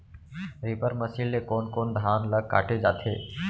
Reaper machine ले कोन कोन धान ल काटे जाथे?